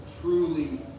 truly